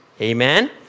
amen